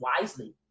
wisely